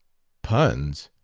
puns?